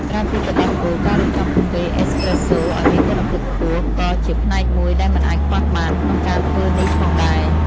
ក្រៅពីទឹកដោះគោ ការរៀបចំកាហ្វេអេសប្រេសូឱ្យមានគុណភាពខ្ពស់ក៏ជាផ្នែកមួយដែលមិនអាចខ្វះបានក្នុងការធ្វើនេះផងដែរ។